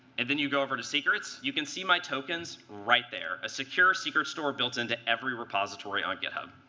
and then you go over to secrets, you can see my tokens right there a secure secret store built into every repository on github.